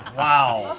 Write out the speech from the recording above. wow.